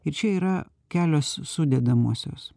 ir čia yra kelios sudedamosios